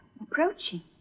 approaching